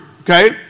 Okay